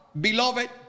beloved